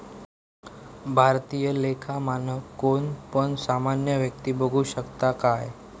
भारतीय लेखा मानक कोण पण सामान्य व्यक्ती बघु शकता काय?